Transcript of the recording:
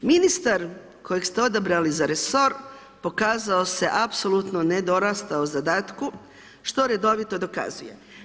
Ministar kojeg ste odabrali za resor pokazao se apsolutno nedorastao zadatku, što redovito dokazuje.